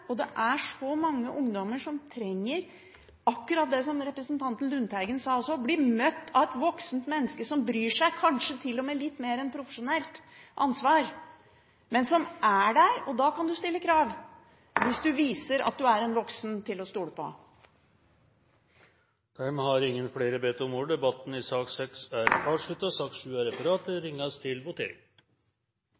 og det er så mange ungdommer som trenger akkurat det som representanten Lundteigen også nevnte, å bli møtt av et voksent menneske som bryr seg, som kanskje til og med tar litt mer enn profesjonelt ansvar, en som er der. Hvis man viser at man er en voksen til å stole på, kan man stille krav. Flere har ikke bedt om ordet til sak nr. 6. Det ser ut til at vi er klare til å gå til votering. Under debatten